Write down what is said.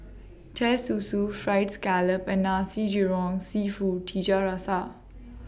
Teh Susu Fried Scallop and Nasi Goreng Seafood Tiga Rasa